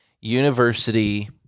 University